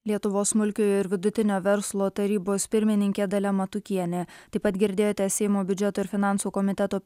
lietuvos smulkiojo ir vidutinio verslo tarybos pirmininkė dalia matukienė taip pat girdėjote seimo biudžeto ir finansų komiteto